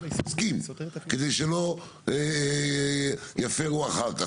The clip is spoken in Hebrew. כדי שלא יפרו אחר כך,